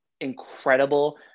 incredible